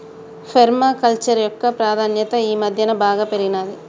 పేర్మ culture యొక్క ప్రాధాన్యత ఈ మధ్యన బాగా పెరిగినాది